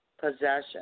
possession